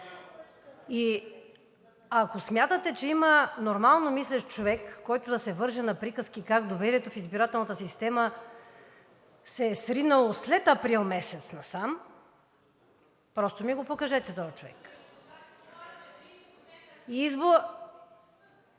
Ако смятате, че има нормално мислещ човек, който да се върже на приказки как доверието в избирателната система се е сринало след април месец насам, просто ми покажете този човек. (Шум